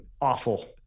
awful